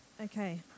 Okay